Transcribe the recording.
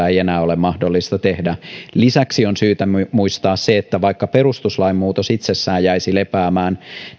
ei enää ole mahdollista tehdä lisäksi on syytä muistaa se että vaikka perustuslain muutos jäisi lepäämään